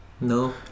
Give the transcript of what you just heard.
No